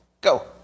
Go